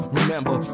remember